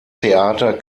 theater